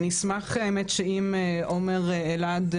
אני אשמח האמת שאם עומר אלעד,